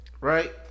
Right